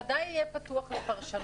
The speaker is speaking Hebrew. זה בוודאי יהיה פתוח לפרשנות.